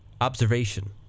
observation